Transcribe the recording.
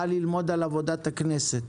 באה ללמוד על עבודת הכנסת.